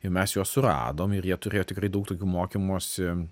ir mes juos suradom ir jie turėjo tikrai daug tokių mokymosi